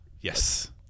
yes